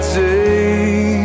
day